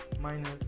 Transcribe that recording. minus